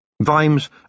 vimes